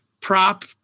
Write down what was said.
prop